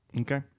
Okay